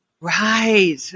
right